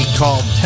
called